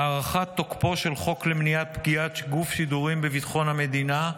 הארכת תוקפו של חוק למניעת פגיעת גוף שידורים בביטחון המדינה,